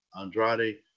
Andrade